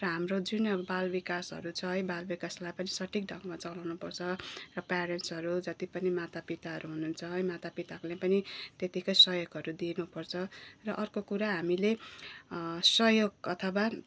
र हाम्रो जुन अब बालविकासहरू छ है बालविकासलाई पनि सठिक ढङ्ग चलाउनुपर्छ र प्यारेन्ट्सहरू जति पनि माता पिताहरू हुनुहुन्छ है माता पिताले पनि त्यतिकै सहयोगहरू दिनुपर्छ र अर्को कुरा हामीले सहयोग अथवा